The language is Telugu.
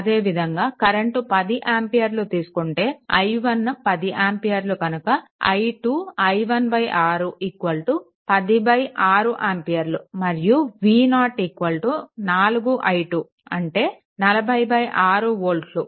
అదే విధంగా కరెంట్ i 10 ఆంపియర్లు తీసుకుంటే i1 10 ఆంపియర్లు కనుక i2 i16 106 ఆంపియర్లు మరియు v0 4i2 406 వోల్ట్లు